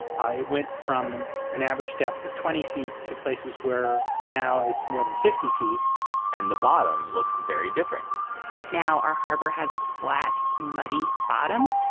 went from an average depth of twenty feet to places where now it's more than fifty feet and the bottom looks very different right now our harbor has a flat, muddy bottom.